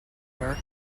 were